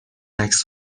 عکس